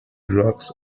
drugs